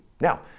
Now